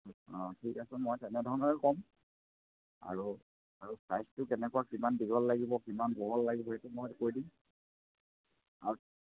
অঁ ঠিক আছে মই তেনেধৰণে ক'ম আৰু আৰু চাইজটো কেনেকুৱা কিমান দীঘল লাগিব কিমান বহল লাগিব সেইটো মই কৈ দিম আৰু